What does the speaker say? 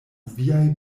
viaj